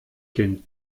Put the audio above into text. kind